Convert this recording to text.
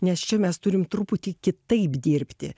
nes čia mes turim truputį kitaip dirbti